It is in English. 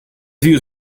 views